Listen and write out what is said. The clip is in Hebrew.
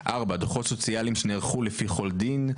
(4)דוחות סוציאליים שנערכו לפי כל דין,